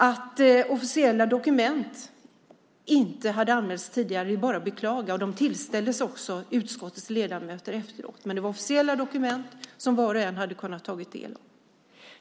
Att officiella dokument inte hade anmälts tidigare är bara att beklaga. De tillställdes utskottets ledamöter efteråt. Men det var officiella dokument som var och en hade kunnat ta del av.